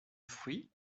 fruit